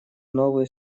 новые